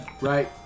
Right